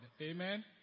Amen